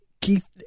Keith